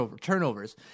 turnovers